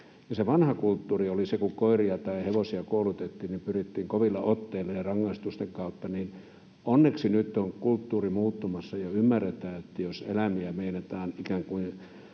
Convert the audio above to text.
vanha kulttuuri oli se, kun koiria tai hevosia koulutettiin, että pyrittiin kovilla otteilla ja rangaistusten kautta. Onneksi nyt on kulttuuri muuttumassa ja ymmärretään, että jos eläimiä meinataan saada oikein